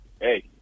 Hey